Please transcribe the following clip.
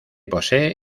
poseen